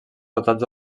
dotats